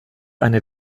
eine